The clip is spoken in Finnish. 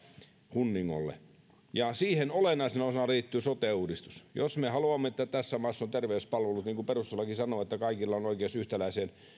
hunningolle siihen olennaisena osana liittyy sote uudistus jos me haluamme että tässä maassa on terveyspalvelut niin kuin perustuslaki sanoo että kaikilla on oikeus yhtäläisiin